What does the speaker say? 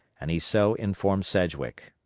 and he so informed sedgwick.